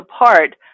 apart